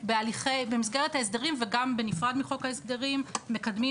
במסגרת ההסדרים וגם בנפרד מחוק ההסדרים אנחנו מקדמים